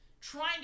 trying